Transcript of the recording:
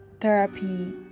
therapy